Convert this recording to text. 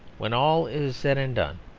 when all is said and done,